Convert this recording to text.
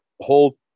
whole